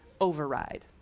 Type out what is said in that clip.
override